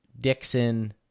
Dixon